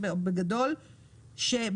ובכלל זה במערכת הנהיגה העצמאי,